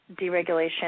deregulation